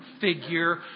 figure